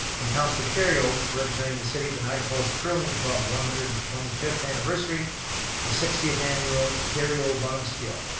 and councilor kerrio for representing the city at the niagara falls curling club one hundred and twenty fifth anniversary the sixtieth annual kerrio bonspiel.